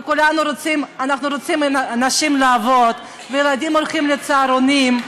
וכולנו רוצים שנשים יעבדו והילדים ילכו לצהרונים.